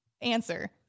answer